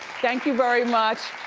thank you very much.